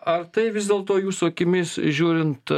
ar tai vis dėlto jūsų akimis žiūrint